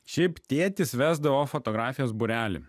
šiaip tėtis vesdavo fotografijos būrelį